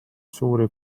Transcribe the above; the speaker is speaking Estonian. suuri